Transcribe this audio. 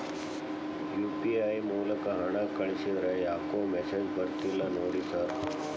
UPI ಮೂಲಕ ಹಣ ಕಳಿಸಿದ್ರ ಯಾಕೋ ಮೆಸೇಜ್ ಬರ್ತಿಲ್ಲ ನೋಡಿ ಸರ್?